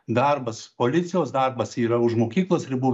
darbas policijos darbas yra už mokyklos ribų